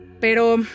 Pero